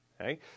Okay